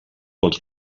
pot